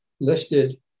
listed